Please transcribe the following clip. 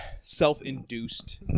self-induced